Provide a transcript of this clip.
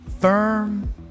firm